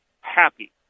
happy